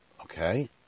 Okay